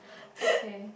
okay